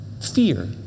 Fear